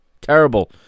terrible